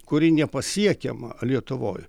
kuri nepasiekiama lietuvoj